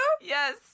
Yes